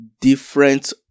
different